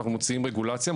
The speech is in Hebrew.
אנחנו מוציאים רגולציה,